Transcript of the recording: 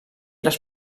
les